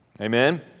Amen